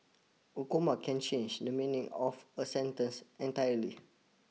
a comma can change the meaning of a sentence entirely